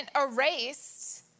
erased